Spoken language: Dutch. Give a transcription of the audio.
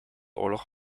oorlog